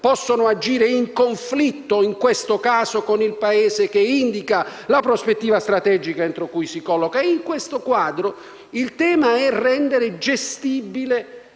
possono agire in conflitto, in questo caso con il Paese che indica la prospettiva strategica entro cui si colloca. In questo quadro, il tema è rendere gestibile